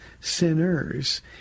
sinners